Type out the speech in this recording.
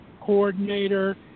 coordinator